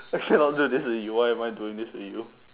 I cannot do this to you why am I doing this to you